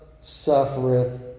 suffereth